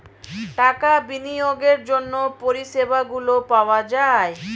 টাকা বিনিয়োগের জন্য পরিষেবাগুলো পাওয়া যায়